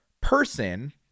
person